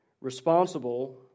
Responsible